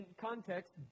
context